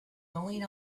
going